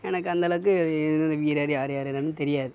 எனக்கு அந்த அளவுக்கு வீரர் யார் யார் என்னன்னு தெரியாது